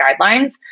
guidelines